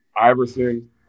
Iverson